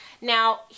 now